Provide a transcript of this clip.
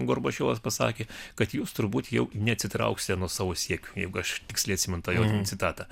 gorbačiovas pasakė kad jūs turbūt jau neatsitrauksite nuo savo siekių jeigu aš tiksliai atsimenu tą jo citatą